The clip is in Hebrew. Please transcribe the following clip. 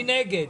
מי נגד,